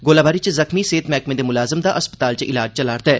गोलाबारी च जख्मी सेहत मैहकमे दे मुलाजम दा अस्पताल च ईलाज चला'रदा ऐ